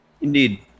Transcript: Indeed